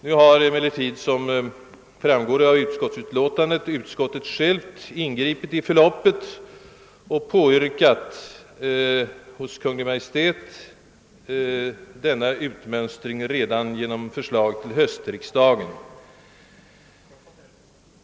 Nu har emellertid, som framgår av utskottsutlåtandet, utskottet självt ingripit i förloppet och påyrkat att det hos Kungl. Maj:t görs framställning om denna utmönstring redan genom förslag till höstriksdagen.